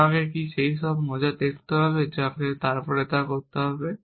আমাকে কি সেই সব মোজা দেখতে হবে এবং তারপরে তা করতে হবে